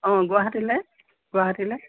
অঁ গুৱাহাটীলৈ গুৱাহাটীলৈ